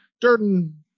Durden